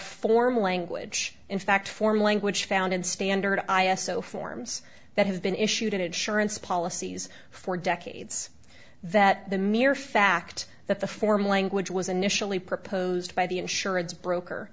formal language in fact form language found in standard i s o forms that have been issued insurance policies for decades that the mere fact that the formal language was initially proposed by the insurance broker